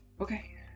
Okay